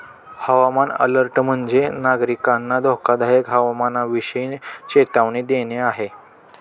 हवामान अलर्ट म्हणजे, नागरिकांना धोकादायक हवामानाविषयी चेतावणी देणे आहे